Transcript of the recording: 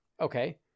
Okay